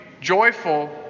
joyful